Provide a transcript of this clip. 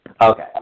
Okay